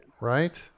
Right